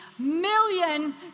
million